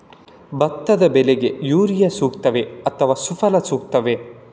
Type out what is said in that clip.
ಭತ್ತದ ಬೆಳೆಗೆ ಯೂರಿಯಾ ಸೂಕ್ತವೇ ಅಥವಾ ಸುಫಲ ಸೂಕ್ತವೇ?